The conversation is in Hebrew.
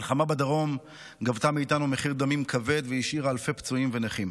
המלחמה בדרום גבתה מאיתנו מחיר דמים כבד והשאירה אלפי פצועים ונכים.